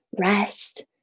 rest